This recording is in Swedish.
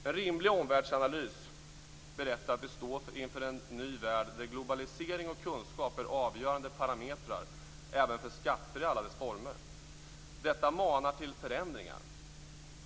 En rimlig omvärldsanalys berättar att vi står inför en ny värld där globalisering och kunskap är avgörande parametrar även för skatter i alla former. Detta manar till förändringar.